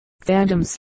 Phantoms